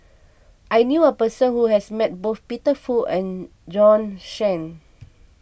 I knew a person who has met both Peter Fu and Bjorn Shen